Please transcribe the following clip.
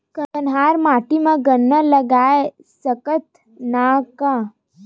कन्हार माटी म गन्ना लगय सकथ न का?